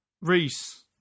Reese